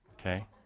Okay